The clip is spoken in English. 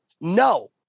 No